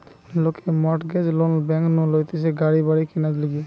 লোকে mortgage loan bank নু লইতেছে গাড়ি বাড়ি কিনার লিগে